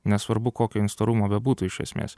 nesvarbu kokio ji storumo bebūtų iš esmės